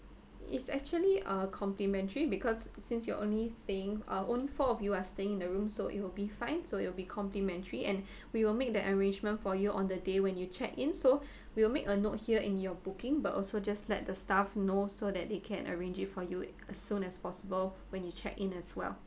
it's actually a complimentary because since you're only staying uh only four of you are staying in the room so it will be fine so it will be complimentary and we will make the arrangement for you on the day when you check in so we will make a note here in your booking but also just let the staff know so that they can arrange it for you as soon as possible when you check in as well